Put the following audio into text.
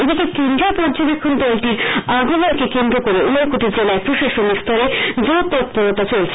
এদিকে কেন্দ্রীয় পর্যবেক্ষন দলটির আগমনকে কেন্দ্র করে উনকোটি জেলায় প্রশাসনিক স্তরে জোর তৎপরতা চলছে